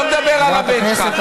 לא מדבר על הבן שלך.